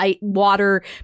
water